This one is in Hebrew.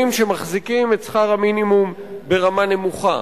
שמחזיקים את שכר המינימום ברמה נמוכה.